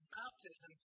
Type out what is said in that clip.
baptism